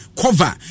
cover